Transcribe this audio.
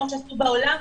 כמו שעשו בעולם,